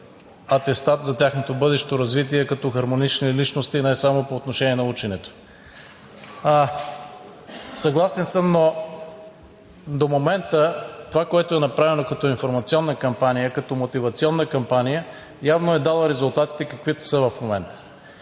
атестат за тяхното бъдещо развитие като хармонични личности – не само по отношение на ученето. Съгласен съм! Но до момента това, което е направено като информационна кампания, като мотивационна кампания, явно е дала резултатите, каквито са в момента.